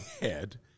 head